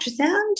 ultrasound